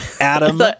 Adam